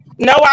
No